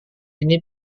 ini